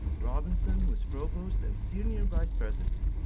robinson was provost and senior vice president.